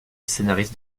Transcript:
scénariste